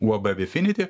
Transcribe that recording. uab bifinity